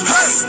Hey